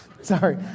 Sorry